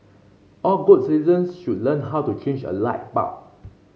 all good citizens should learn how to change a light bulb